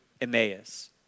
Emmaus